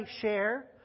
share